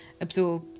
absorb